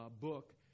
book